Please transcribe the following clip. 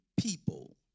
people